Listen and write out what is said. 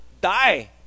die